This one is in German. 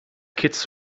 kitts